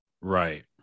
Right